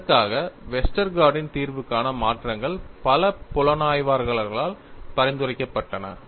இதற்காக வெஸ்டர்கார்டின் Westergaard's தீர்வுக்கான மாற்றங்கள் பல புலனாய்வாளர்களால் பரிந்துரைக்கப்பட்டன